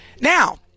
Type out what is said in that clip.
Now